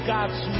God's